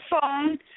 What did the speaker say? phone